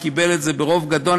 וקיבל את זה ברוב גדול,